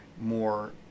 more